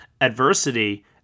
adversity